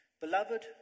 Beloved